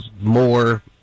more